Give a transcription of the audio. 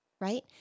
right